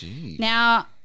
Now